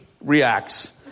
reacts